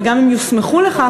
וגם אם יוסמכו לכך,